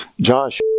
Josh